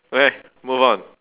okay move on